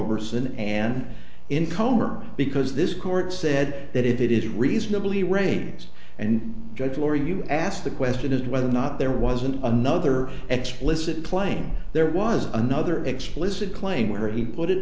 person an income or because this court said that it is reasonably rains and judge or you ask the question is whether or not there wasn't another explicit claim there was another explicit claim where he put it